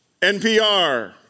NPR